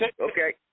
Okay